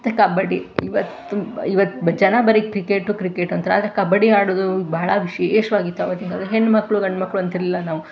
ಮತ್ತು ಕಬಡ್ಡಿ ಇವತ್ತು ಇವತ್ತು ಬ್ ಜನ ಬರೀ ಕ್ರಿಕೇಟು ಕ್ರಿಕೇಟು ಅಂತಾರೆ ಆದರೆ ಕಬಡ್ಡಿ ಆಡೋದು ಭಾಳ ವಿಶೇಷವಾಗಿತ್ತು ಆವಾಗಿನ ಕಾಲದಲ್ಲಿ ಹೆಣ್ಣುಮಕ್ಳು ಗಂಡುಮಕ್ಳು ಅಂತಿರಲಿಲ್ಲ ನಾವು